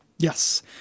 Yes